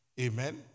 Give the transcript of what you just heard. Amen